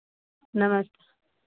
नमस्ते